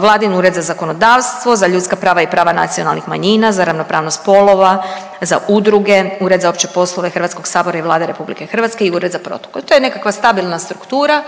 Vladin ured za zakonodavstvo, za ljudska prava i prava nacionalnih manjina, za ravnopravnost spolova, za udruge, Ured za opće poslove HS i Vlade RH i Ured za protokol. To je nekakva stabilna struktura